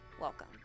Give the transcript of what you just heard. welcome